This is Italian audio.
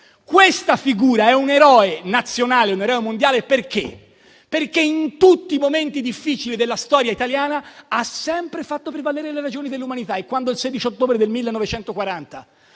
Questa figura è quella di un eroe nazionale e mondiale, perché in tutti i momenti difficili della storia italiana ha sempre fatto prevalere le ragioni dell'umanità e il 16 ottobre 1940,